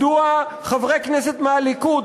מדוע חברי כנסת מהליכוד,